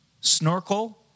snorkel